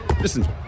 Listen